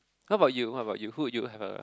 how about you how about you who would you have a